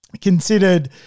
considered